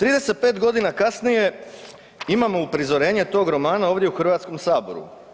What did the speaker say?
35 godina kasnije imamo uprizorenje tog romana ovdje u Hrvatskom saboru.